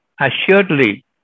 assuredly